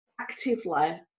actively